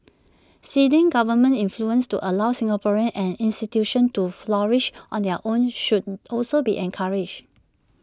ceding government influence to allow Singaporeans and institutions to flourish on their own should also be encouraged